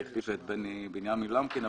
היא החליפה את בנימין למקין.